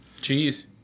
Jeez